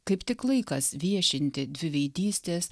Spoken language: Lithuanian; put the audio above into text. kaip tik laikas viešinti dviveidystės